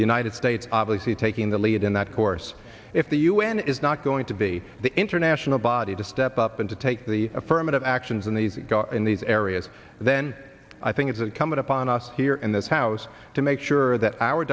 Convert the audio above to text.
the united states obviously taking the lead in that course if the u n is not going to be the international body to step up and to take the affirmative actions in these in these areas then i think it's incumbent upon us here in this house to make sure that our